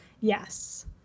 Yes